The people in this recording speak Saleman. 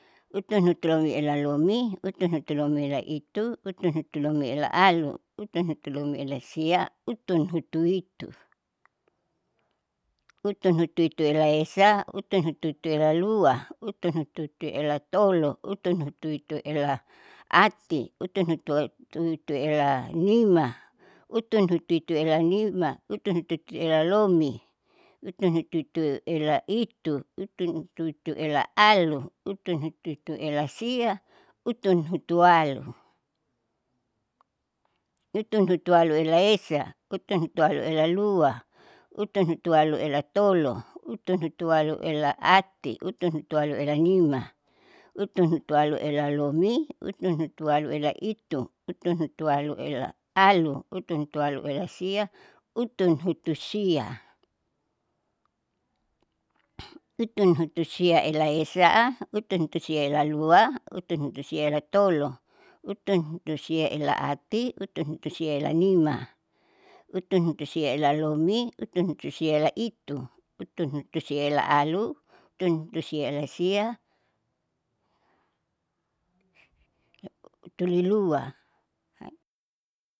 Utunhutulomiela lomi, utunhutulomiela itu, utunhutulomiela alu, utunhutulomiela sia, utunhutuitu, utunhutuituela esa, utunhutuituela lua, utunhutuituela tolo, utunhutuituela ati, utunhutuituela nima, utunhutuituela nima. utunhutuituela lomi, utunhutuituela itu, utunhutuituela alu, utunhutuituela sia, utunhutualu, utunhutualuela esa, utunhutualuela lua, utunhutualuela tolo, utunhutualuela ati, utunhutualuela nima, utunhutualuela lomi, utunhutualuela itu, utunhutualuela alu, utunhutualuela sia, utunhutusia, utunhutusiaela esa, utunhutusiaela lua, utunhutusiaela tolo, utunhutusiaela ati, utunhutusiaela nima, utunhutusiaela lomi, utunhutusiaela itu, utunhutusiaela alu, utunhutusiaela sia, hutulilua.